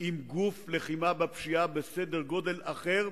עם גוף לחימה בפשיעה בסדר-גודל אחר,